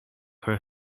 her